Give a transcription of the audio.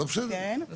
(מקרינה שקף, שכותרתו: